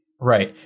Right